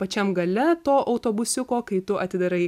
pačiam gale to autobusiuko kai tu atidarai